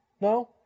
No